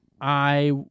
I-